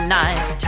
nice